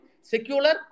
secular